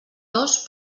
dos